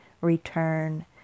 return